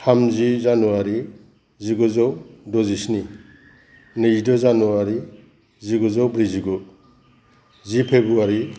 थामजि जानुवारि जिगुजौ द'जिस्नि नैजिद' जानुवारि जिगुजौ ब्रैजिगु जि फेब्रुवारि